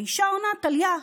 האישה עונה: טליה.